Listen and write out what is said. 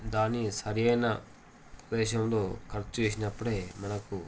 దాని సరియైన ప్రదేశంలో ఖర్చు చేసినప్పుడే మనకు